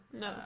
no